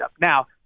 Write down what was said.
Now